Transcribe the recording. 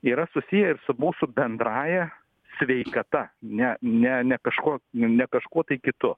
yra susiję ir su mūsų bendrąja sveikata ne ne ne kažko ne kažko tai kitu